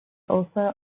also